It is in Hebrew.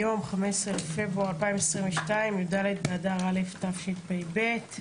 היום 15 בפברואר 2022, י"ד באדר א' תשפ"ב.